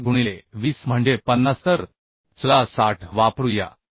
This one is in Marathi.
5 गुणिले 20 म्हणजे 50 तर चला 60 वापरूया